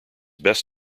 best